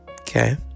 Okay